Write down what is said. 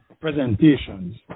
presentations